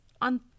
on